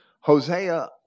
Hosea